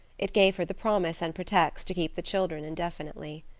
it gave her the promise and pretext to keep the children indefinitely.